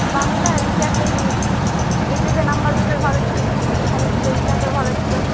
বাংলা আর ইতিহাসটাই দিয়েছি এইচ এসে নম্বর দুটোই ভালো ছিলো বাংলাতেও ভালো ছিলো ইতিহাসেও ভালো ছিলো